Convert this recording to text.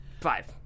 Five